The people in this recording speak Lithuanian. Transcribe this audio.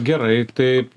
gerai tai